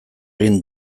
egin